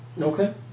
Okay